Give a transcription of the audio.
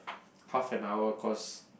half an hour cause